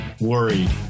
worried